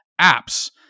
apps